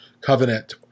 Covenant